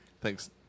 Thanks